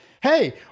hey